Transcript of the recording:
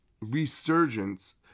Resurgence